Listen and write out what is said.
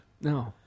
No